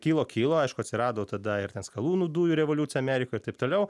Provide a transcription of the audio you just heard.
kilo kilo aišku atsirado tada ir ten skalūnų dujų revoliucija amerikoj ir taip toliau